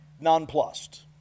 nonplussed